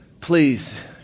please